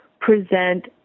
present